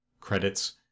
credits